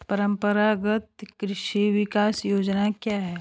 परंपरागत कृषि विकास योजना क्या है?